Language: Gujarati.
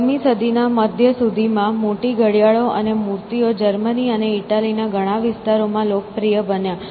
14મી સદીના મધ્ય સુધીમાં મોટી ઘડિયાળો અને મૂર્તિઓ જર્મની અને ઇટલીના ઘણા વિસ્તારોમાં લોકપ્રિય બન્યા